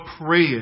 prayer